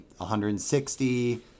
160